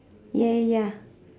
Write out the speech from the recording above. ya ya ya